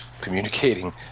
communicating